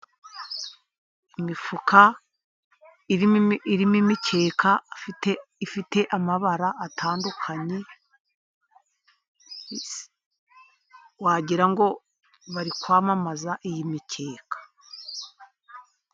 Imifuka irimo imikeka ifite amabara atandukanye wagirango bari kwamamaza iyi mikeka.